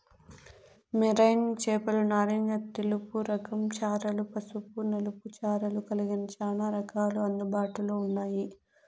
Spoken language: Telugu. మెరైన్ చేపలు నారింజ తెలుపు రకం చారలు, పసుపు నలుపు చారలు కలిగిన చానా రకాలు అందుబాటులో ఉన్నాయి